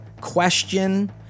question